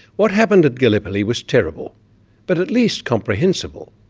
what happened at gallipoli was terrible but at least comprehensible.